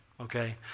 Okay